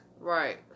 Right